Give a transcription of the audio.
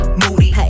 moody